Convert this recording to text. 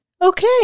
Okay